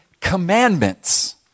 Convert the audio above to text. commandments